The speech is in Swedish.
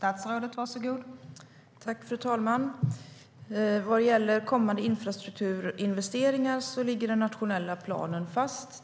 Fru talman! Vad gäller kommande infrastrukturinvesteringar ligger den nationella planen fast.